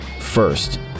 First